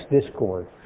discord